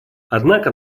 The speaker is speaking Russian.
однако